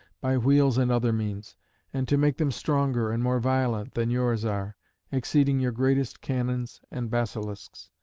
by wheels and other means and to make them stronger and more violent than yours are exceeding your greatest cannons and basilisks.